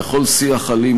לכל שיח אלים,